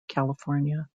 california